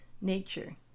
Nature